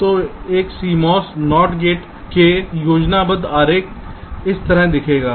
तो एक CMOS NOTगेट के इस योजनाबद्ध आरेख इस तरह दिखेगा